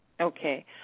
Okay